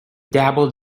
dabbled